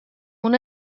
una